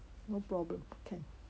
no problem can